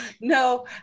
No